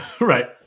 Right